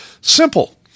Simple